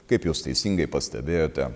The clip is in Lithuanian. kaip jūs teisingai pastebėjote